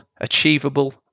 Achievable